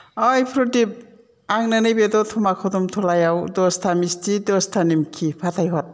अय फ्रदिप आंनो नैबे दथमा खदमथलायाव दस्ता मिस्थि दस्ता निमकि फाथायहर